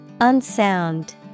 Unsound